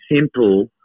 simple